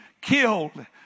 Killed